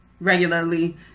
regularly